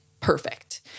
Perfect